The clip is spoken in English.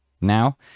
now